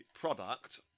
product